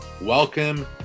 Welcome